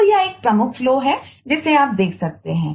तो यह एक और प्रमुख फ्लो करते हैं